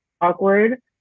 awkward